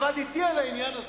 עבד אתי על העניין הזה.